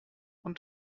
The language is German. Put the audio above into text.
und